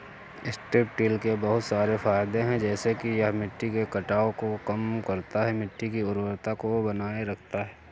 strip till के बहुत सारे फायदे हैं जैसे कि यह मिट्टी के कटाव को कम करता है, मिट्टी की उर्वरता को बनाए रखता है